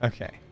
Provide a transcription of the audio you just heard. Okay